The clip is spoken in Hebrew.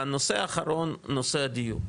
והנושא האחרון הוא נושא הדיור.